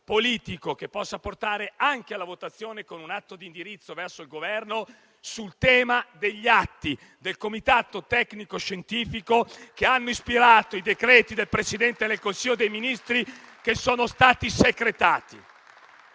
politico che possa implicare anche la votazione di un atto di indirizzo per il Governo, il tema degli atti del Comitato tecnico-scientifico che hanno ispirato i decreti del Presidente del Consiglio dei ministri che sono stati secretati.